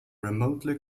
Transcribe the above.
remotely